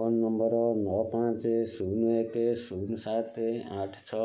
phone number ନଅ ପାଞ୍ଚ ଶୂନ ଏକ ଶୂନ ସାତ ଆଠ ଛଅ